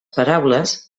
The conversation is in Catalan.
paraules